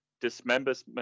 Dismemberment